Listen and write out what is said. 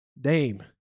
Dame